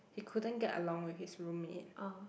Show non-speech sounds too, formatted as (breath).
he couldn't get along with his roommate (breath)